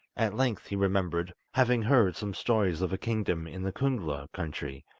at length he remembered having heard some stories of a kingdom in the kungla country,